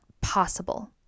possible